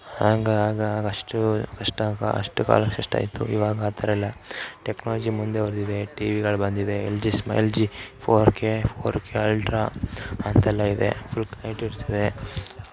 ಹಾಗೆ ಆಗ ಆಗ ಅಷ್ಟೂ ಕಷ್ಟ ಕ ಅಷ್ಟು ಕಾಲ ಕಷ್ಟ ಇತ್ತು ಇವಾಗ ಆ ಥರ ಇಲ್ಲ ಟೆಕ್ನೋಲಜಿ ಮುಂದೆವರೆದಿದೆ ಟಿವಿಗಳು ಬಂದಿದೆ ಎಲ್ ಜಿಸ್ ಮ L G four K four K ultra ಅಂತೆಲ್ಲ ಇದೆ ಫುಲ್ ಕ್ರೆಯೆಟಿವಿಟ್ಸ್ ಇದೆ